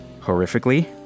horrifically